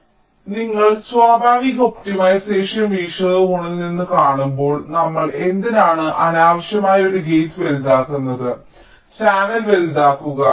ഇപ്പോൾ നിങ്ങൾ സ്വാഭാവിക ഒപ്റ്റിമൈസേഷൻ വീക്ഷണകോണിൽ നിന്ന് കാണുന്നു നമ്മൾ എന്തിനാണ് അനാവശ്യമായി ഒരു ഗേറ്റ് വലുതാക്കുന്നത് ചാനൽ വലുതാക്കുക